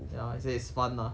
ya I say it's fun lah